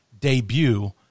debut